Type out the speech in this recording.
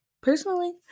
Personally